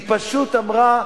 היא פשוט אמרה: